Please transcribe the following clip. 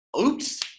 Oops